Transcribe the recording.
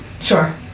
sure